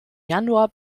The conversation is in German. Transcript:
januar